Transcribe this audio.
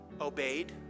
obeyed